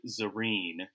Zareen